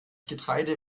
getreide